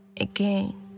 again